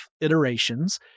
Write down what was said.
iterations